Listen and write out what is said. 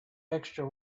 extra